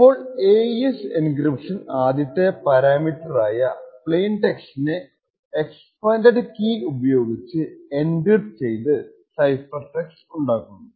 അപ്പോൾ AES encryption ആദ്യത്തെ parameter ആയ പ്ലെയിൻ ടെക്സ്റ്റിനെ എക്സ്പാൻഡഡ് കീ ഉപയോഗിച്ച് എൻക്രിപ്റ്റ് ചെയ്ത് സൈഫർ ടെക്സ്റ്റ് ഉണ്ടാക്കുന്നു